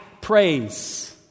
Praise